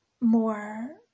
more